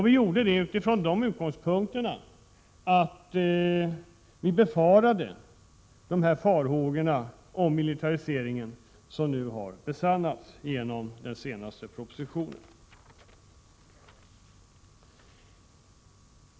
Vi gjorde det utifrån de utgångspunkterna att vi kände farhågor för en militarisering, som nu har besannats genom den senaste propositionen.